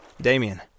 Damien